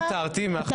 ויתרנו על סעיף א'?